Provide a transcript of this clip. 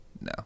no